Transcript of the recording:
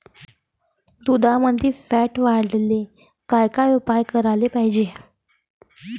दुधामंदील फॅट वाढवायले काय काय उपाय करायले पाहिजे?